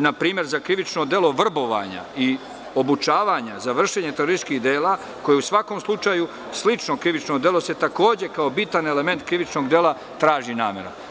na primer za krivično delo vrbovanja i obučavanja za vršenje terorističkih dela, koje je u svakom slučaju slično krivično delo, se takođe kao bitan element krivično dela traži namera.